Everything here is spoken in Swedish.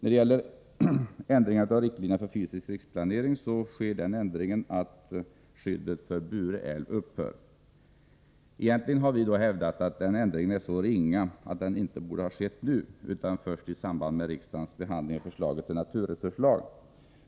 Riktlinjerna för den fysiska riksplaneringen ändras så att skyddet för Bure älv upphör. Vi har hävdat att den ändringen egentligen är så ringa att den inte borde ha skett nu utan först i samband med riksdagens behandling av förslaget till naturresurslag.